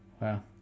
Wow